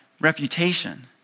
reputation